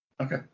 Okay